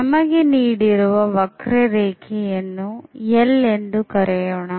ನಮಗೆ ನೀಡಿರುವ ವಕ್ರರೇಖೆಯನ್ನು l ಎಂದು ಕರೆಯೋಣ